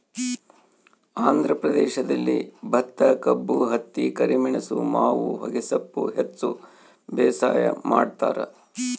ಆಂಧ್ರ ಪ್ರದೇಶದಲ್ಲಿ ಭತ್ತಕಬ್ಬು ಹತ್ತಿ ಕರಿಮೆಣಸು ಮಾವು ಹೊಗೆಸೊಪ್ಪು ಹೆಚ್ಚು ಬೇಸಾಯ ಮಾಡ್ತಾರ